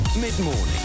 Mid-morning